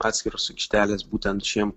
atskiros aikštelės būtent šiem